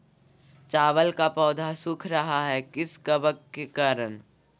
चावल का पौधा सुख रहा है किस कबक के करण?